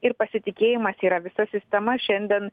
ir pasitikėjimas yra visa sistema šiandien